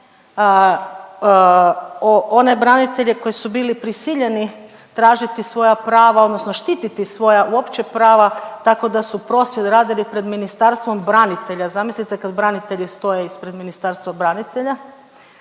one branitelje koji su bili prisiljeni tražiti svoja prava, odnosno štititi svoja uopće prava tako da su prosvjed radili pred Ministarstvom branitelja. Zamislite kad branitelji stoje ispred Ministarstva branitelja